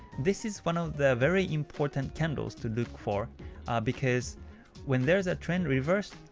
this is one of the very important candles to look for because when there's a trend reverse,